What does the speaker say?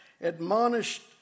admonished